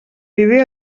idea